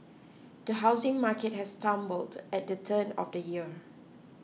the housing market has stumbled at the turn of the year